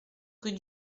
rue